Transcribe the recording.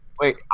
Wait